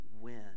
win